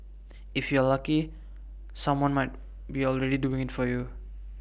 if you are lucky someone might be already doing IT for you